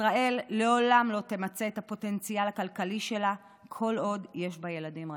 ישראל לעולם לא תמצה את הפוטנציאל הכלכלי שלה כל עוד יש בה ילדים רעבים.